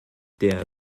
der